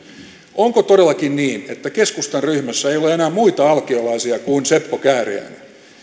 onko todellakin niin että keskustan ryhmässä ei ole enää muita alkiolaisia kuin seppo kääriäinen